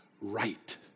right